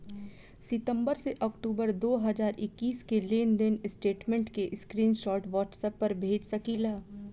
सितंबर से अक्टूबर दो हज़ार इक्कीस के लेनदेन स्टेटमेंट के स्क्रीनशाट व्हाट्सएप पर भेज सकीला?